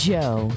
Joe